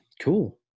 cool